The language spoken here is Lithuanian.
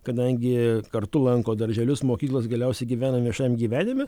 kadangi kartu lanko darželius mokyklas galiausiai gyvenam viešajam gyvenime